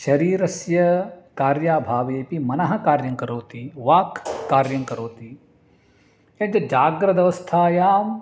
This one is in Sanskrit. शरीरस्य कार्याभावेपि मनः कार्यं करोति वाक् कार्यं करोति यद् जाग्रदवस्थायाम्